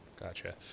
Gotcha